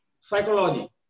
psychology